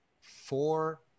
four